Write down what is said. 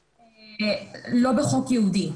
לא בחוק ייעודי.